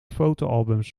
fotoalbums